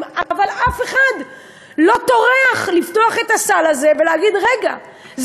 אבל אף אחד לא טורח לפתוח את הסל הזה ולהגיד: רגע,